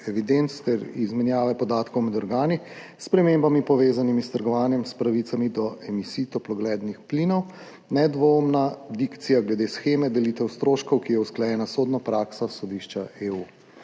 ter izmenjave podatkov med organi s spremembami, povezanimi s trgovanjem s pravicami do emisij toplogrednih plinov, nedvoumna dikcija glede sheme delitve stroškov, ki je usklajena s sodno prakso Sodišča